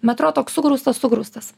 metro toks sugrūstas sugrūstas